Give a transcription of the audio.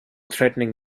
threatening